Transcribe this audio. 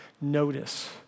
notice